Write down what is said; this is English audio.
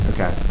Okay